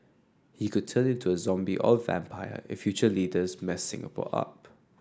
he could turn into a zombie or vampire if future leaders mess Singapore up